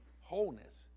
wholeness